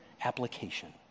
application